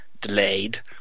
delayed